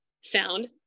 sound